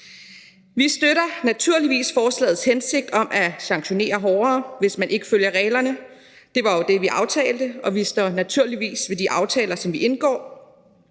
Vi støtter naturligvis forslagets hensigt om at sanktionere hårdere, hvis man ikke følger reglerne – det var jo det, som vi aftalte – og vi står naturligvis ved de aftaler, som vi indgår.